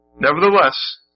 Nevertheless